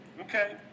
Okay